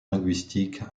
linguistique